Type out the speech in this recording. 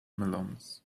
melons